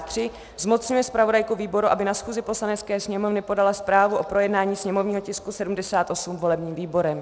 III. zmocňuje zpravodajku výboru, aby na schůzi Poslanecké sněmovny podala zprávu o projednání sněmovního tisku 78 volebním výborem.